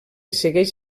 segueix